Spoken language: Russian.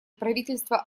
правительство